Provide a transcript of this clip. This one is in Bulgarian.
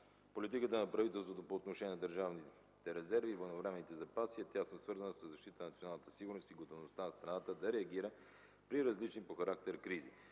политиката на правителството по отношение на държавните резерви и военновременните запаси е тясно свързана със защитата на националната сигурност и готовността на страната да реагира при различни по характер кризи.